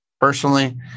personally